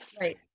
Right